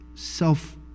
Self